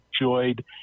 enjoyed